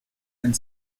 and